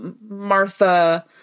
Martha